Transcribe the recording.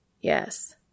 Yes